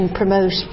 promote